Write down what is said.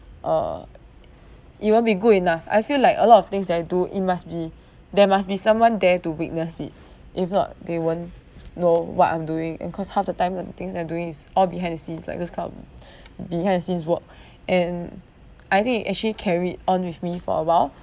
uh it won't be good enough I feel like a lot of things that I do it must be there must be someone there to witness it if not they won't know what I'm doing and cause half the time when things you are doing is all behind the scenes like those kind of behind the scenes work and I think it actually carried on with me for a while